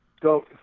go